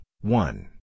one